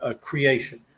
creation